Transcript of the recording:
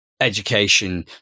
education